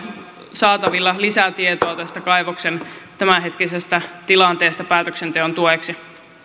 saatavilla lisätietoa tästä kaivoksen tämänhetkisestä tilanteesta päätöksenteon tueksi